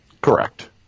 Correct